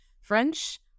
French